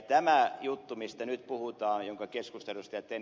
tämä juttu mistä nyt puhutaan jonka keskustelun ed